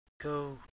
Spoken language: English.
Go